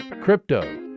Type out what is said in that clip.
Crypto